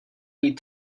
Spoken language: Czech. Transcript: mít